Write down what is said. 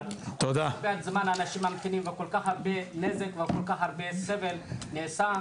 הרבה זמן אנשים ממתינים וכל כך הרבה נזק וסבל נעשה,